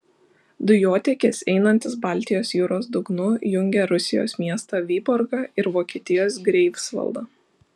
dujotiekis einantis baltijos jūros dugnu jungia rusijos miestą vyborgą ir vokietijos greifsvaldą